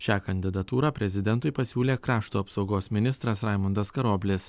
šią kandidatūrą prezidentui pasiūlė krašto apsaugos ministras raimundas karoblis